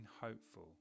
hopeful